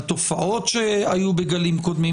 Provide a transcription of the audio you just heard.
על תופעות שהיו בגלים קודמים,